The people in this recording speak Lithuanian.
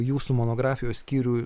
jūsų monografijos skyrių